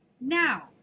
Now